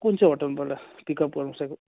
कुन चाहिँ होटलबाट पिकअप गर्नु सकिन्छ